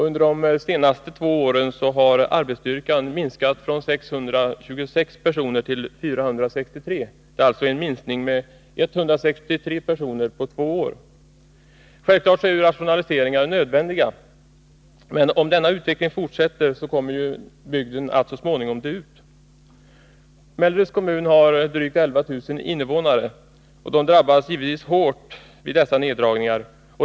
Under de senaste två åren har arbetsstyrkan minskat från 626 till 463 personer, alltså en minskning med 163 personer på två år. Självfallet är rationaliseringar nödvändiga, men om denna utveckling fortsätter kommer ju bygden så småningom att dö ut. Melleruds kommun har drygt 11 000 invånare, och de drabbas givetvis hårt av dessa neddragningar.